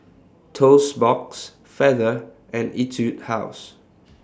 Toast Box Feather and Etude House